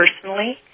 personally